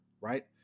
right